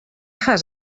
fas